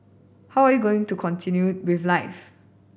how are you going to continue with life